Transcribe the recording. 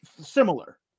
similar